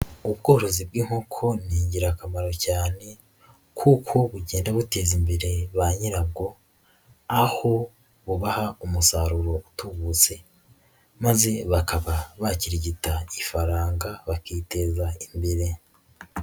Ubworozi bw'inkoko ni ingirakamaro cyane kuko bugenda bute imbere ba nyirabwo, aho bubaha umusaruro utubutse maze bakaba bakirigita ifaranga bakiteza imbere.